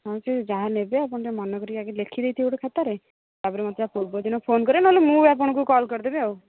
ହଁ କି ଯାହା ନେବେ ଆପଣ ଟିକେ ମନେ କରି ଆଗେ ଲେଖି ଦେଇ ଥିବେ ଗୋଟେ ଖାତାରେ ତାପରେ ମୋତେ ତା ପୂର୍ବ ଦିନ ଫୋନ୍ କରିବେ ନ ହେଲେ ମୁଁ ଆପଣଙ୍କୁ କଲ୍ କରି ଦେବି ଆଉ